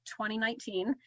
2019